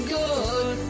good